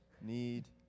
need